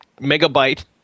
megabyte